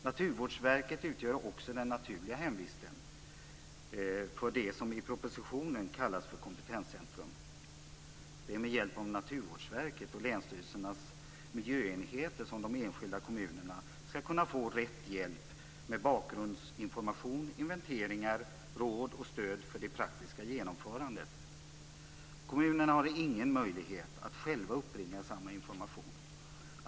Naturvårdsverket utgör också det naturliga hemvistet för det som i propositionen kallas för kompetenscentrum. Det är med hjälp av Naturvårdsverket och länsstyrelsernas miljöenheter som de enskilda kommunerna skall kunna få rätt hjälp med bakgrundsinformation, inventeringar, råd och stöd för det praktiska genomförandet. Kommunerna har ingen möjlighet att själva uppbringa samma information.